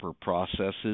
processes